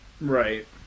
Right